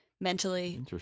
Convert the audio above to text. mentally